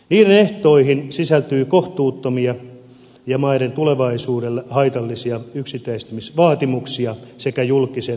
niiden ehtoihin sisältyy kohtuuttomia ja maiden tulevaisuudelle haitallisia yksityistämisvaatimuksia sekä julkisen sektorin alasajoa